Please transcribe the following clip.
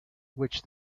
which